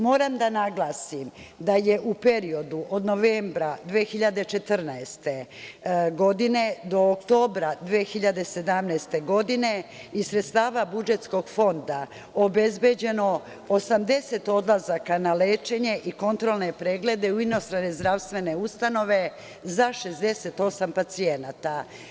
Moram da naglasim da je u periodu od novembra 2014. godine do oktobra 2017. godine iz sredstava budžetskog fonda obezbeđeno 80 odlazaka na lečenje i kontrolne preglede u inostrane zdravstvene ustanove za 68 pacijenata.